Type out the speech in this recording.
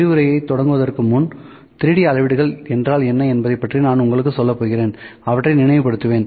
விரிவுரையை தொடங்குவதற்கு முன் 3D அளவீடுகள் என்றால் என்ன என்பதை பற்றி நான் உங்களுக்கு சொல்லப்போகிறேன் அவற்றை நினைவுபடுத்துவேன்